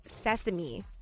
sesame